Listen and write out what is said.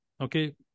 okay